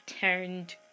turned